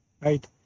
right